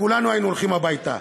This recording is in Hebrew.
כולנו היינו הולכים הביתה.